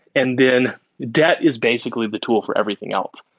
and then debt is basically the tool for everything else,